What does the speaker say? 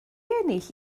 ennill